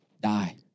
die